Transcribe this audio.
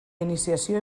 iniciació